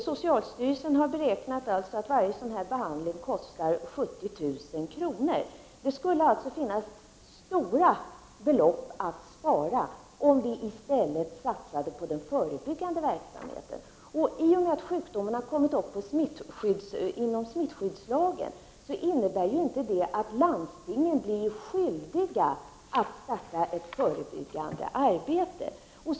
Socialstyrelsen har beräknat att varje sådan behandling kostar 70 000 kr. Det skulle alltså finnas stora belopp att spara, om vi i stället satsade på förebyggande verksamhet. I och med att sjukdomen har tagits in i smittoskyddslagen har ju inte landstingen blivit skyldiga att starta ett förebyggande arbete.